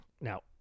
Now